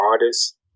artists